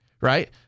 right